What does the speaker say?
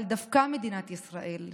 אבל דווקא מדינת ישראל,